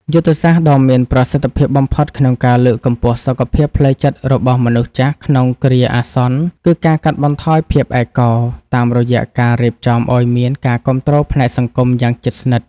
យុទ្ធសាស្ត្រដ៏មានប្រសិទ្ធភាពបំផុតក្នុងការលើកកម្ពស់សុខភាពផ្លូវចិត្តរបស់មនុស្សចាស់ក្នុងគ្រាអាសន្ន គឺ ការកាត់បន្ថយភាពឯកោ តាមរយៈការរៀបចំឱ្យមានការគាំទ្រផ្នែកសង្គមយ៉ាងជិតស្និទ្ធ។